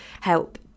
help